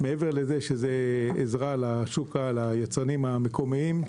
מעבר לזה שזה עזרה ליצרנים המקומיים.